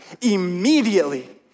Immediately